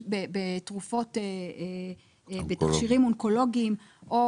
אבל לגבי השאלה האם להתמקד בתכשירים אונקולוגיים או